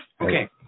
Okay